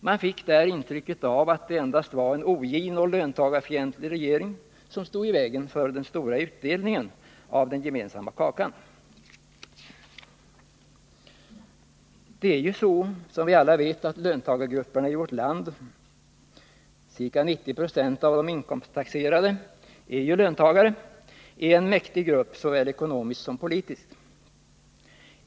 Man fick där intrycket av att det endast var en ogin och löntagarfientlig regering som stod i vägen för den stora utdelningen av den gemensamma kakan. Som vi alla vet är löntagargrupperna i vårt land — ca 90 26 av de inkomsttaxerade är ju löntagare — en mäktig grupp såväl ekonomiskt som politiskt.